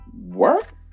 work